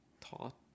taught